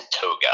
toga